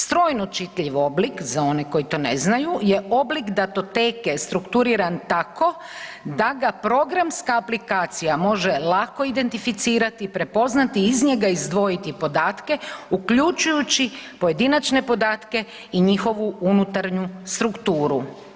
Strojno čitljiv oblik, za one koji to ne znaju, je oblik datoteke strukturiran tako da ga programska aplikacija može lako identificirati i prepoznati i iz njega izdvojiti podatke uključujući pojedinačne podatke i njihovu unutarnju strukturu.